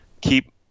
keep